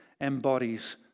embodies